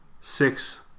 six